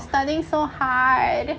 I'm studying so hard